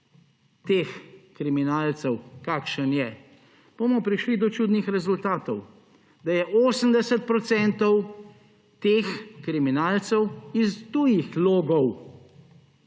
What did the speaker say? teh kriminalcev, kakšen je, bomo prišli do čudnih rezultatov; da je 80 procentov teh kriminalcev iz tujih logov